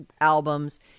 albums